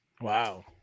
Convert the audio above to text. Wow